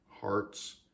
hearts